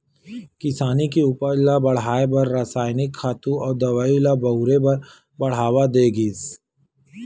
किसानी के उपज ल बड़हाए बर रसायनिक खातू अउ दवई ल बउरे बर बड़हावा दे गिस